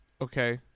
okay